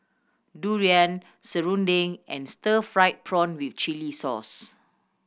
durian serunding and stir fried prawn with chili sauce